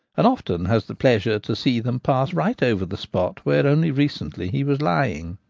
and often has the pleasure to see them pass right over the spot where only recently he was lying.